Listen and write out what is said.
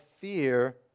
fear